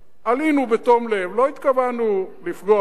עלינו בתום לב, לא התכוונו לפגוע בך,